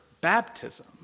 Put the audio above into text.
baptism